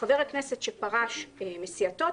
"חבר הכנסת שפרש מסיעתו,